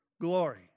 glory